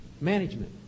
Management